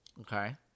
okay